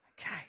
Okay